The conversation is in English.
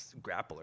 Grappler